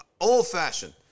Old-fashioned